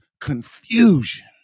confusion